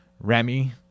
remy